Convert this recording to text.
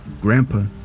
Grandpa